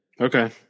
Okay